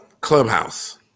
Clubhouse